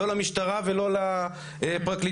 לא למשטרה ולא לפרקליטות.